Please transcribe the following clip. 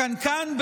הקנקן,